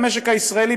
למשק הישראלי,